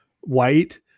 White